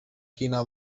quina